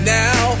now